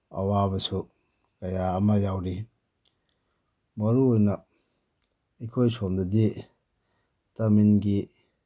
ꯑꯋꯥꯕꯁꯨ ꯀꯌꯥ ꯑꯃ ꯌꯥꯎꯔꯤ ꯃꯔꯨ ꯑꯣꯏꯅ ꯑꯩꯈꯣꯏ ꯁꯣꯝꯗꯗꯤ ꯇꯃꯤꯜꯒꯤ